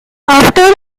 after